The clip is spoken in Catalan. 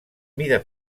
mida